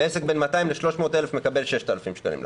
ועסק בין 200,000 ל-300,000 מקבל 6,000 שקלים לחודשיים.